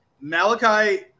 Malachi